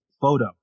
photo